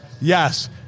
yes